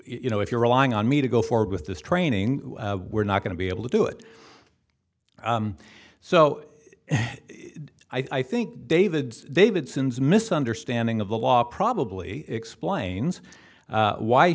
you know if you're relying on me to go forward with this training we're not going to be able to do it so i think david davidson's misunderstanding of the law probably explains